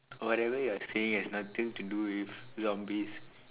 whatever you are saying has nothing to do with zombies